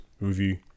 review